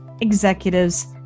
executives